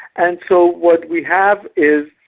and so what we have is,